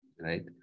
right